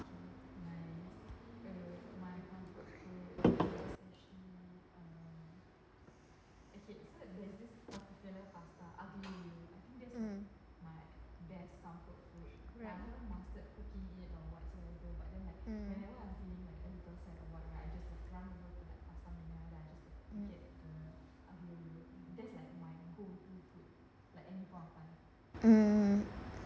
mm right mm mm mm mm